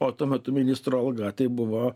o tuo metu ministro alga tai buvo